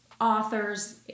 authors